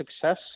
success